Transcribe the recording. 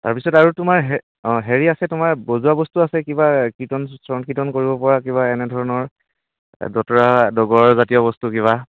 তাৰপিছত আৰু তোমাৰ অঁ হেৰি আছে তোমাৰ বজোৱা বস্তু আছে কিবা কীৰ্তন শ্ৰৱণ কীৰ্তন কৰিব পৰা কিবা এনে ধৰণৰ দতোৰা দগৰাজাতীয় বস্তু কিবা